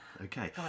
Okay